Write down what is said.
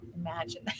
imagine